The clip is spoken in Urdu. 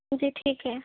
جی ٹھیک ہے